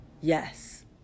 Yes